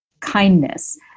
kindness